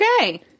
Okay